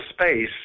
space